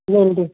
ਹਾਂਜੀ